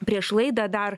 prieš laidą dar